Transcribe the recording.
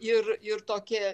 ir ir tokie